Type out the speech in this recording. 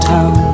Town